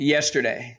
Yesterday